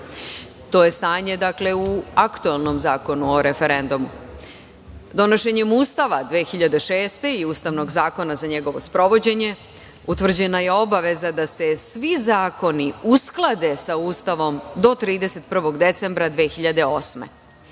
To je stanje, dakle, u aktuelnom Zakonu o referendumu. Donošenjem Ustava 2006. godine i Ustavnog zakona za njegovo sprovođenje utvrđena je obaveza da se svi zakoni usklade sa Ustavom do 31. decembra 2008.